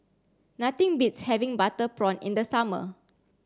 nothing beats having butter prawn in the summer